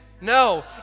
No